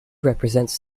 represents